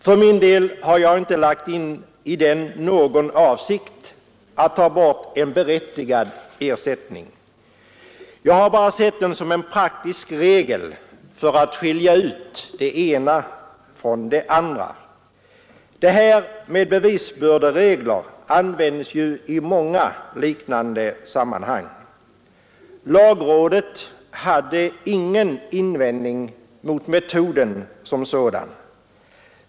För min del har jag i denna inte lagt in någon avsikt att ta bort berättigad ersättning. Jag har bara sett det som en praktisk regel för att skilja ut det ena från det andra. Bevisbörderegler används ju i många liknande sammanhang. Lagrådet hade ingen invändning mot metoden som sådan.